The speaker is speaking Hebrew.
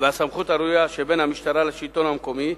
והסמכות הראויה שבין המשטרה לשלטון המקומי,